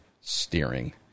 steering